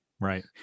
right